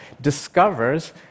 discovers